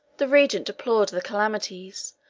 the regent deplored the calamities,